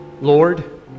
Lord